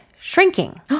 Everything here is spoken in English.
shrinking